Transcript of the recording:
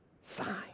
sign